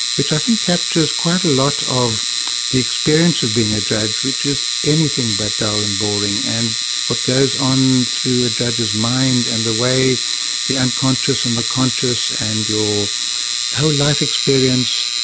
which i think captures quite a lot of the experience of being a judge, which is anything but dull and boring, and what goes on through a judge's mind and the way the unconscious and the conscious and your whole life experience,